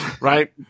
right